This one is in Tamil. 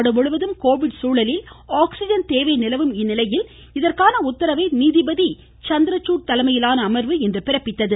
நாடுமுழுவதும் கோவிட் சூழலில் ஆக்சிஜன் தேவை நிலவும் நிலையில் இதற்கான உத்தரவை நீதிபதி சந்திரசூட் தலைமையிலான அமர்வு பிறப்பித்துள்ளது